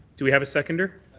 do we have a seconder?